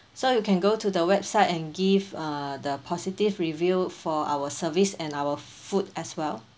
so you can go to the website and give uh the positive review for our service and our food as well